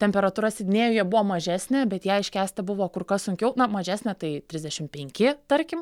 temperatūra sidnėjuje buvo mažesnė bet ją iškęsti buvo kur kas sunkiau mažesnė tai trisdešimt penki tarkim